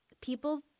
People